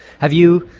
have you.